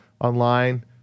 online